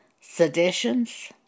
seditions